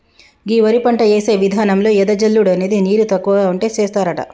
గీ వరి పంట యేసే విధానంలో ఎద జల్లుడు అనేది నీరు తక్కువ ఉంటే సేస్తారట